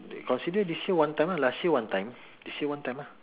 consider this year one time lah last year one time this year one time lah